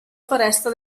foresta